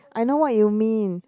I know what you mean